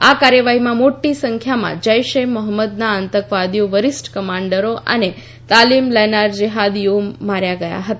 આ કાર્યવાહીમાં મોટી સંખ્યામાં જૈશ એ મોહમ્મદના આતંકવાદીઓ વરિષ્ઠ કમાન્ડરો અને તાલીમ લેનાર જેહાદીઓ માર્યા ગયા હતા